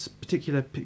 particular